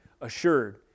assured